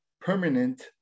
permanent